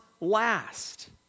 last